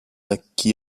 lekki